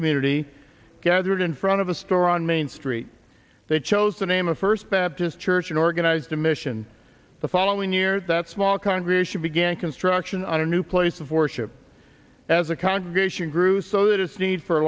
community gathered in front of a store on main street they chose to name a first baptist church an organized a mission the following year that small congregation began construction on a new place of worship as a congregation grew so that its need for